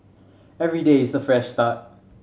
every day is a fresh start